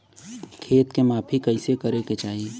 खेत के माफ़ी कईसे करें के चाही?